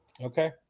Okay